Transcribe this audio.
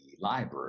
library